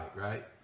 right